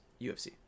UFC